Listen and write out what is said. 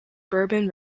bourbon